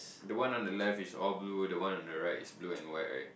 the one on the left is all blue the one on the right is blue and white right